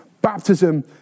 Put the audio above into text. Baptism